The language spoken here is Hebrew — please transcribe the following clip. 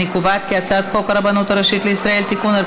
אני קובעת כי הצעת חוק הרבנות הראשית לישראל (תיקון,